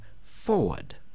forward